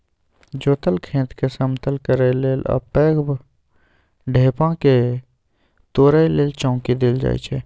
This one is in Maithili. जोतल खेतकेँ समतल करय लेल आ पैघ ढेपाकेँ तोरय लेल चौंकी देल जाइ छै